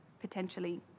potentially